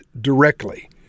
directly